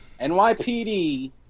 NYPD